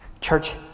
Church